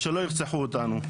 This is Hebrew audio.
ושלא ירצחו אותנו.